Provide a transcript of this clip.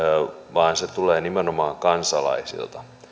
vaan se tulee nimenomaan kansalaisilta